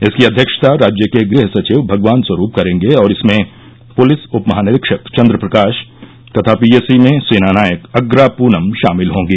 इसकी अध्यक्षता राज्य के गृहसचिव भगवान स्वरूप करेंगे और इसमें पुलिस उप महानिरीक्षक चन्द्रप्रकाश तथा पीएसी में सेनानायक अग्रा पूनम शामिल होंगी